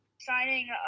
signing